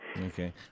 Okay